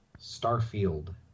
Starfield